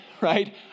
right